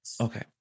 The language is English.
Okay